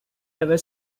ever